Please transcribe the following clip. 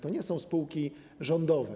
To nie są spółki rządowe.